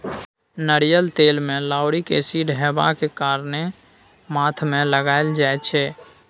नारियल तेल मे लाउरिक एसिड हेबाक कारणेँ माथ मे लगाएल जाइ छै